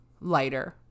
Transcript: lighter